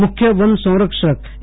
મુખ્ય વન સંરક્ષક એ